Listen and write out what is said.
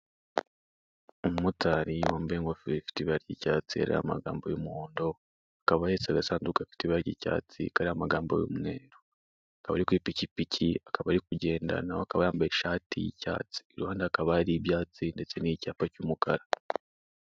Umumotari wambaye ingofero ifite ibara ry'icyatsi hariho amagambo y'umuhondo, akaba ahetse agasanduku k'icyatsi kariho amagambo y'umweru, akaba ari ku ipikipiki akaba ari kugenda nawe akaba yambaye ishati y'icyatsi ruhande hakaba hari ibyansi ndetse n'icyapa cy'umukara.